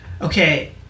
okay